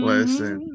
Listen